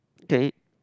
the heat